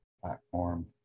platform